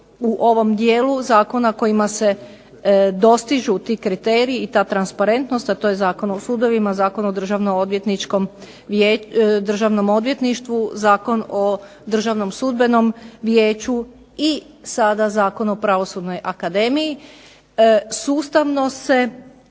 u ovom dijelu zakona u kojima se dostižu ti kriteriji i ta transparentnost a to je Zakon o sudovima, Zakona o Državnom odvjetništvu, Zakon o Državnom sudbenom vijeću i sada Zakon o Pravosudnoj akademiji sustavno se